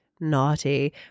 naughty